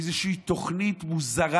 איזושהי תוכנית מוזרה,